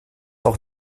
auch